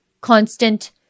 constant